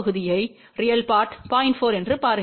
4 என்று பாருங்கள்